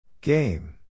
Game